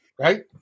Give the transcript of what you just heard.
right